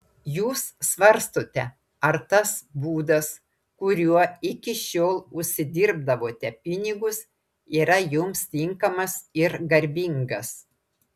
jūs svarstote ar tas būdas kuriuo iki šiol užsidirbdavote pinigus yra jums tinkamas ir garbingas